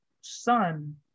son